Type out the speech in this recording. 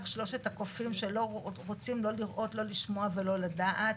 שלושת הקופים שלא רוצים לא לראות לא לשמוע ולא לדעת.